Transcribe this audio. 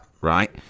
right